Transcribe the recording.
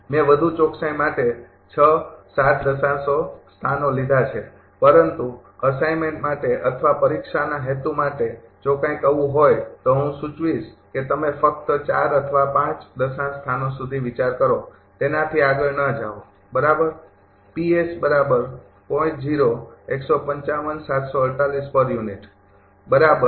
મેં વધુ ચોકસાઈ માટે ૬ ૭ દશાંશ સ્થાનો લીધા છે પરંતુ અસાઇમેંટ માટે અથવા પરીક્ષાના હેતુ માટે જો કંઇક આવું હોય તો હું સૂચવીશ કે તમે ફક્ત ૪ અથવા ૫ દશાંશ સ્થાનો સુધી વિચાર કરો તેનાથી આગળ ન જાઓ બરાબર